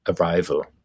arrival